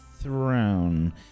throne